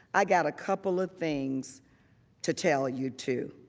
i got a couple of things to tell you to.